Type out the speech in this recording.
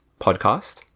podcast